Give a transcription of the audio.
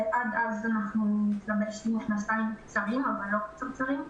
ועד אז אנחנו נתלבש עם מכנסיים קצרים אבל לא קצרצרים,